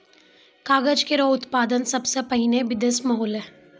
कागज केरो उत्पादन सबसें पहिने बिदेस म होलै